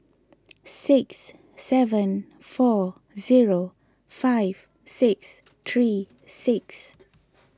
six seven four zero five six three six